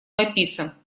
написан